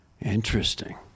Interesting